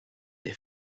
est